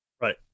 Right